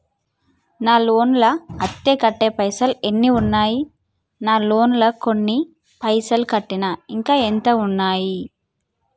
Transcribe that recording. నా లోన్ లా అత్తే కట్టే పైసల్ ఎన్ని ఉన్నాయి నా లోన్ లా కొన్ని పైసల్ కట్టిన ఇంకా ఎంత ఉన్నాయి?